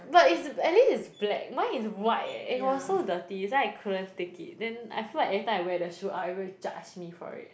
but is at least is black mine is white eh and it was so dirty that's why I couldn't take it then I feel like every time I wear the shoe out everybody judge me for it